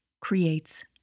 creates